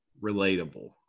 relatable